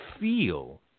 feel